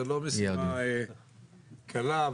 זה לא משימה קלה,